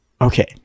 okay